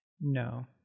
No